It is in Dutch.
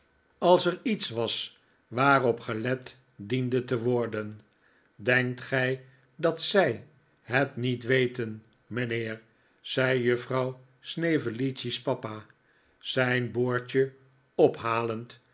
als er iets was waarop gelet diende te worden denkt gij dat z ij het niet weten mijnheer zei juffrouw snevellicci's papa zijn boordje ophalend